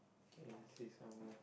K let's see some more